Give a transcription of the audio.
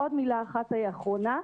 עוד מילה אחת אחרונה,